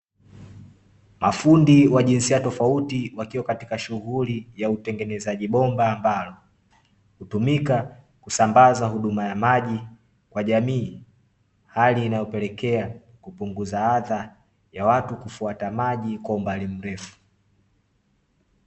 Mafundi wa jinsia tofauti wakiwa katika shughuli ya utengenezaji bomba, ambalo hutumika kusambaza huduma ya maji kwa jamii, hali inayopelekea kupunguza adha ya watu kufuata maji kwa umbali mrefu.